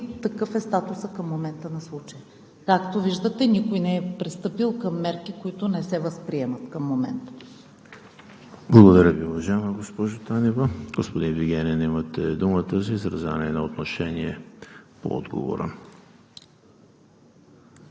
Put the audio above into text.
такъв е статусът към момента на случая. Както виждате, никой не е пристъпил към мерки, които не се възприемат към момента. ПРЕДСЕДАТЕЛ ЕМИЛ ХРИСТОВ: Благодаря Ви, уважаема госпожо Танева. Господин Вигенин, имате думата за изразяване на отношение по отговора.